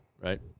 right